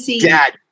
dad